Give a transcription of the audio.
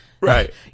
Right